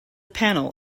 panel